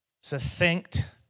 Succinct